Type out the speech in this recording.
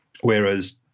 Whereas